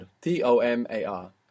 T-O-M-A-R